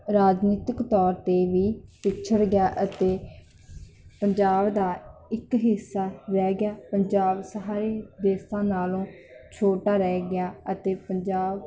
ਰਾਜਨੀਤਿਕ ਤੋਰ ਤੇ ਵੀ ਪਿੱਛੜ ਗਿਆ ਅਤੇ ਪੰਜਾਬ ਦਾ ਇੱਕ ਹਿੱਸਾ ਰਹਿ ਗਿਆ ਪੰਜਾਬ ਸਾਰੇ ਦੇਸਾਂ ਨਾਲੋਂ ਛੋਟਾ ਰਹਿ ਗਿਆ ਅਤੇ ਪੰਜਾਬ